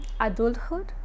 adulthood